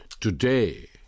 today